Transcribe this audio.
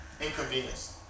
Inconvenience